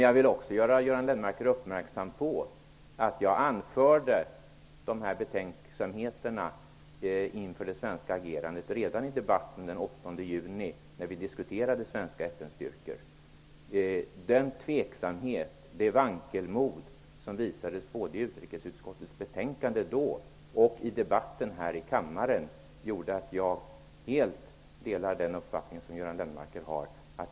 Jag vill emellertid göra Göran Lennmarker uppmärksam på att jag anförde dessa betänkligheter inför det svenska agerandet redan i debatten den 8 juni då vi diskuterade svenska FN-styrkor. Den tveksamhet och det vankelmod som visades i utrikesutskottets betänkande då och som visas i debatten här i kammaren gjorde att jag helt delar Göran Lennmarkers uppfattning.